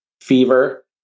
fever